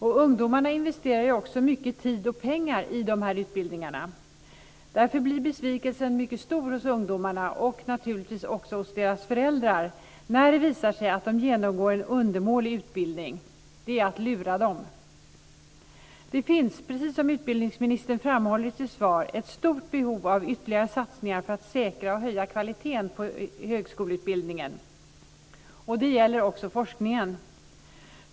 Ungdomarna investerar också mycket tid och pengar i de här utbildningarna. Därför blir besvikelsen mycket stor hos ungdomarna, och naturligtvis också hos deras föräldrar, när det visar sig att de genomgår en undermålig utbildning. Det är att lura dem. Det finns, precis som utbildningsministern framhåller i sitt svar, ett stort behov av ytterligare satsningar för att säkra och höja kvaliteten i högskoleutbildningen. Det gäller också forskningen.